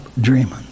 dreaming